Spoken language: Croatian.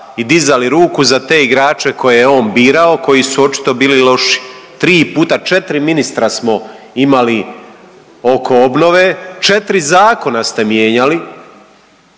i dizali ruku za te igrače koje je on birao koji su očito bili loši. 3 puta 4 ministra smo imali oko obnove 4 zakona ste mijenjali